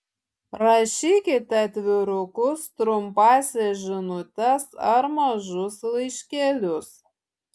rašykite atvirukus trumpąsias žinutes ar mažus laiškelius